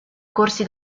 corsi